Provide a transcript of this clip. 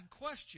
question